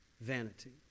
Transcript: vanity